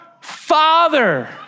Father